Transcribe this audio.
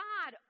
God